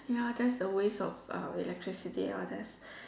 ya that's a waste of uh electricity ya there's